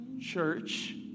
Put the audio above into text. Church